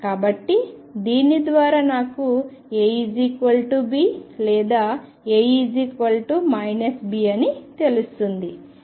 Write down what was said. కాబట్టి దీని ద్వారా నాకు AB లేదా A B అని తెలుస్తుంది